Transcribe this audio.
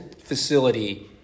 facility